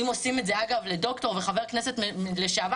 אם עושים את זה אגב לדוקטור וחבר כנסת לשעבר,